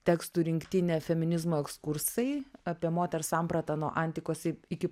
tekstų rinktinė feminizmo ekskursai apie moters sampratą nuo antikos į iki